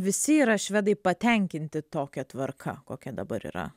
visi yra švedai patenkinti tokia tvarka kokia dabar yra